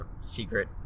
secret